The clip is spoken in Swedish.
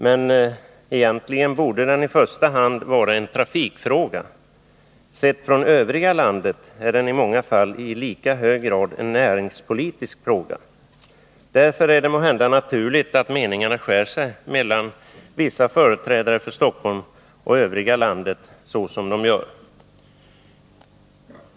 Men egentligen borde den i första hand vara en trafikfråga. Sett från övriga landet är den i många fall i lika hög grad en näringspolitisk fråga. Därför är det måhända naturligt att meningarna skär sig så som de gör mellan vissa företrädare för Stockholm och övriga landet.